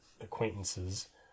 acquaintances